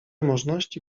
możności